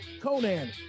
conan